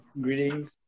Greetings